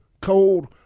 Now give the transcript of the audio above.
cold